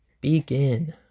begin